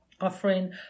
offering